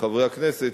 לחברי הכנסת,